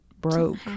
broke